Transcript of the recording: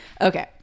Okay